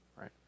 right